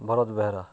Bharat Behera